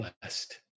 blessed